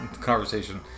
conversation